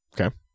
Okay